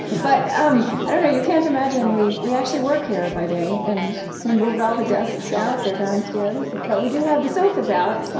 but um i don't know you can't imagine. we we actually work here by day, and we moved all the desks out. they're downstairs, but we do have the sofas out oh,